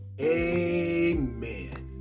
Amen